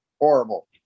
Horrible